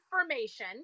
information